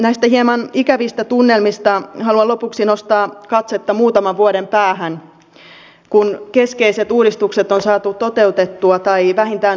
näistä hieman ikävistä tunnelmista haluan lopuksi nostaa katsetta muutaman vuoden päähän kun keskeiset uudistukset on saatu toteutettua tai vähintään onnistuneesti liikkeelle